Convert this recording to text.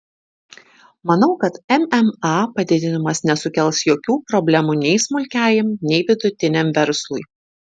manau kad mma padidinimas nesukels jokių problemų nei smulkiajam nei vidutiniam verslui